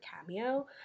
Cameo